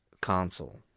console